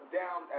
down